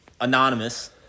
anonymous